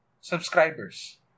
subscribers